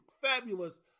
fabulous